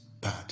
bad